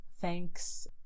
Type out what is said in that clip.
thanks